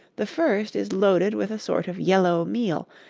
the first is loaded with a sort of yellow meal,